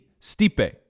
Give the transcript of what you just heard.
Stipe